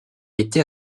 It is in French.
était